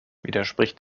widerspricht